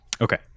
Okay